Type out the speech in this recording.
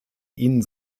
ihn